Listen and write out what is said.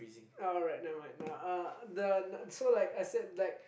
alright never mind never mind uh the so like I said like